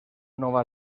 nova